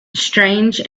strange